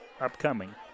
upcoming